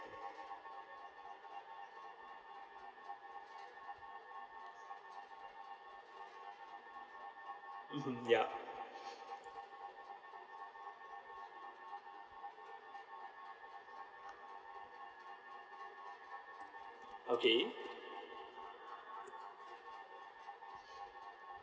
mmhmm ya okay